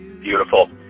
Beautiful